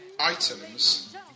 Items